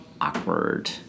awkward